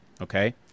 okay